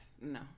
No